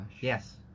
yes